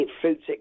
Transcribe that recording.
fruits